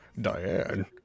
Diane